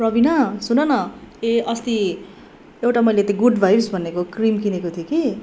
प्रवीणा सुन न ए अस्ति एउटा मैले त्यो गुड भाइब्स भन्नेको क्रिम किनेको थिएँ कि